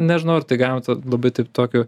nežinau ar tai galima labai taip tokiu